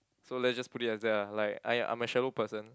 so let's just put it as that lah like I I'm a shallow person